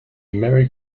merry